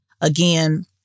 again